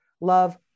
love